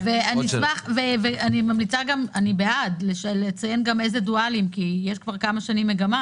אני בעד לציין גם איזה דואלים כי יש כבר כמה שנים מגמה